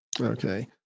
Okay